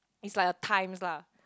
it's like a times lah